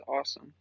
awesome